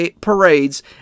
parades